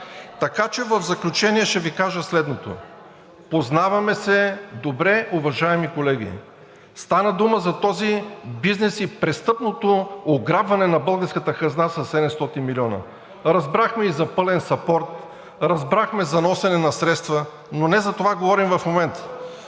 Така че в заключение ще Ви кажа следното – познаваме се добре, уважаеми колеги! Стана дума за този бизнес и престъпното ограбване на българската хазна със 700 милиона. Разбрахме и за пълен съпорт, разбрахме за носене на средства, но не за това говорим в момента.